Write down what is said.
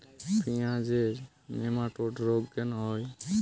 পেঁয়াজের নেমাটোড রোগ কেন হয়?